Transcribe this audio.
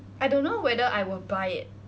I don't know whether I will buy it